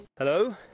Hello